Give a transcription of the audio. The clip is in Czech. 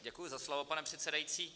Děkuji za slovo, pane předsedající.